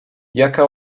jaka